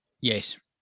Yes